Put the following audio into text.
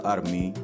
Army